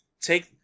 take